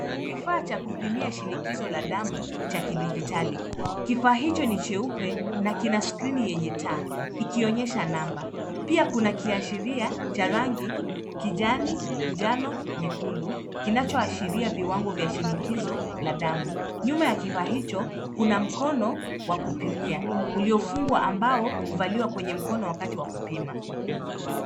Kifaa cha kupimia shinikizo la damu cha kidijitali. Kifaa hicho ni cheupe na kina skreeni yenye taa, ikionyesha namba. Pia kuna kiashiria cha rangi kijani, njano, nyekundu kinachoashiria viwango vya shinikizo la damu. Nyuma ya kifaa hicho, kuna mkono wa kupimia uliofungwa ambao huvaliwa kwenye mkono wakati wa kupima.